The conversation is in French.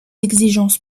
exigences